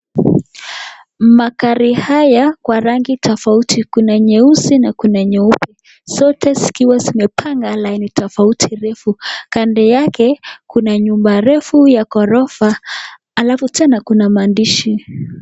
Magari haya kwa rangi tofauti kuna nyeusi na kuna nyeupe zote zikiwa zimepanga laini tofauti refu kando yake kuna nyumba refu ya ghorofa alafu tena kuna maandishi.